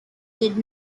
did